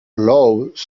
loews